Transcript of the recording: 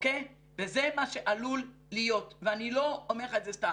וזה מה שעלול להיות, ואני לא אומר לך את סתם.